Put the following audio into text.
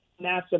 NASA